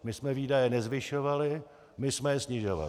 My jsme výdaje nezvyšovali, my jsme je snižovali.